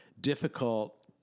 difficult